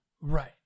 Right